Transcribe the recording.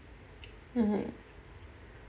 mmhmm